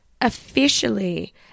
officially